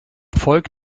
volk